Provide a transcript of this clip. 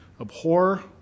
abhor